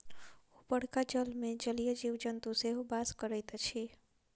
उपरका जलमे जलीय जीव जन्तु सेहो बास करैत अछि